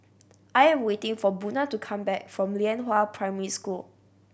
I'm waiting for Buna to come back from Lianhua Primary School